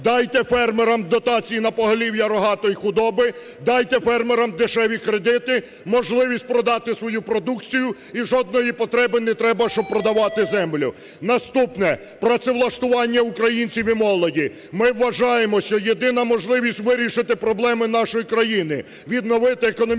Дайте фермерам дотації на поголів'я рогатої худоби, дайте фермерам дешеві кредити, можливість продати свою продукцію, і жодної потреби не треба, щоб продавати землю. Наступне, працевлаштування українців і молоді. Ми вважаємо, що єдина можливість вирішити проблеми нашої країни, відновити економічне